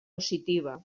positiva